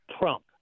Trump